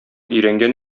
өйрәнгән